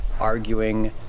arguing